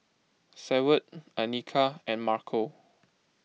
Seward Anika and Marco